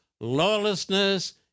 lawlessness